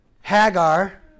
Hagar